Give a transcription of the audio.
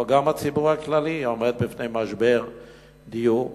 גם הציבור הכללי עומד בפני משבר דיור.